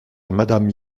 madame